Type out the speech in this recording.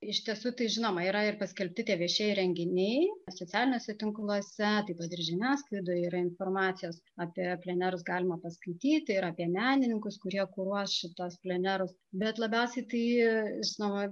iš tiesų tai žinoma yra ir paskelbti tie viešieji renginiai socialiniuose tinkluose taip pat ir žiniasklaidoje yra informacijos apie plenerus galima paskaityti ir apie menininkus kurie kuruos šituos plenerus bet labiausiai tai žinoma